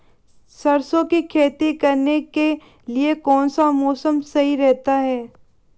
सरसों की खेती करने के लिए कौनसा मौसम सही रहता है?